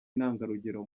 intangarugero